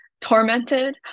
tormented